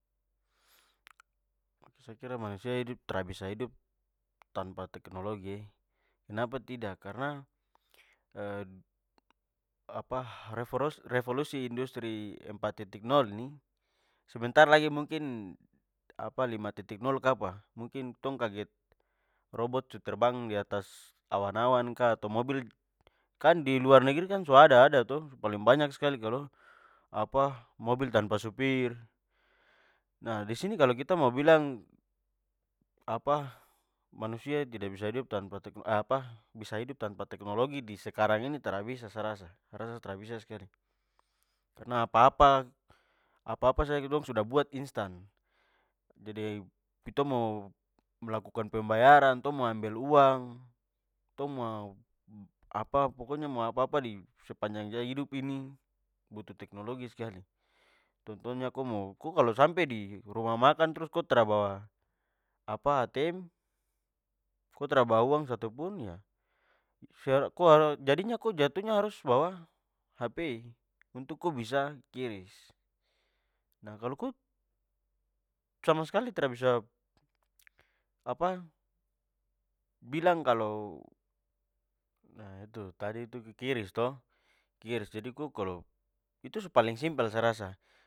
Sa kira manusia hidup, tra bisa hidup tanpa teknologi e. Kenapa tidak? Karna, apa revolusi industri empat titik nol nih sebentar lagi mungkin apa lima titik nol kapa. Mungkin tong kaget robot su terbang diatas awan-awan ka, atau mobil, kan di luar negri kan su ada-ada to? Paling banyak skali kalo apa mobil tanpa supir. Nah disini kalo kita mo bilang apa, manusia yang tidak bisa hidup tanpa apa bisa hidup tanpa teknologi di sekarang ini, tra bisa sa rasa! Sa rasa tra bisa skali! Karna apa-apa, apa-apa saja ketong sudah buat instan. Jadi, kitong mo melakukan pembayaran, tong mo ambil uang, tong mau apa, pokoknya mo apa-apa di sepanjang hidup ini butuh teknologi skali. Contohnya ko mo, ko kalo sampe di rumah makan trus ko tra bawa apa atm, ko tra bawa uang satu pun ya jadinya ko jatuhnya harus bawa HP untuk ko bisa qrish. Nah kalo ko sama skali tra bisa apa bilang kalo itu tadi qrish to qrish ko kalo, itu su paling simpel sa rasa.